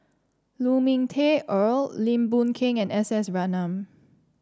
Lu Ming Teh Earl Lim Boon Keng and S S Ratnam